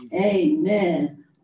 Amen